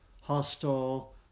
hostile